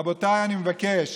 רבותיי, אני מבקש,